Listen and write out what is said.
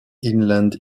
inland